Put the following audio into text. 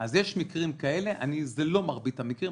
אז יש מקרים כאלה, זה לא מרבית המקרים.